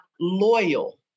loyal